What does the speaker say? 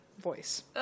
voice